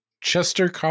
Chester